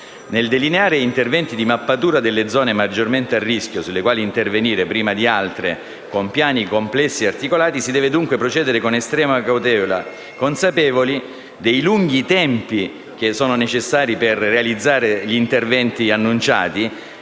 Nel delineare interventi di mappatura delle zone maggiormente a rischio su cui intervenire prima di altre con piani complessi e articolati, si deve dunque procedere con estrema cautela, consapevoli dei lunghi tempi necessari per realizzare gli interventi annunciati,